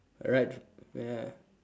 right ya